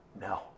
No